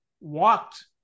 walked